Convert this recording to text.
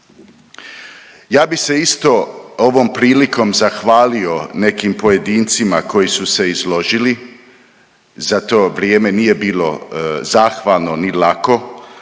Ja bih se isto ovom prilikom zahvalio nekim pojedincima koji su se izložili za to vrijeme nije bilo zahvalno ni lako.